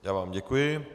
Já vám děkuji.